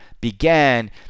began